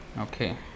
okay